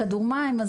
גם